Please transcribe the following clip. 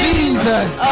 Jesus